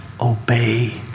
obey